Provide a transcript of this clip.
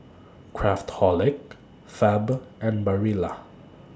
Craftholic Fab and Barilla